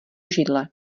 židle